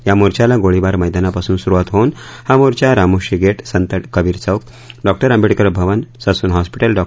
या मोर्चाला गोळीबार मैदानापासून सुरुवात होऊन हा मोर्चा Ramoshi gate Sant Kabir Chowk doctor Ambedkar Bhavan Sassoon hospital डॉ